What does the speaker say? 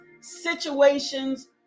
situations